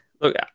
Look